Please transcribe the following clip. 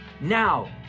Now